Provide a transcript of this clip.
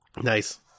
Nice